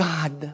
God